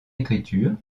écriture